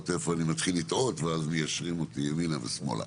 איפה אני מתחיל לטעות ואז מיישרים אותי ימינה ושמאלה.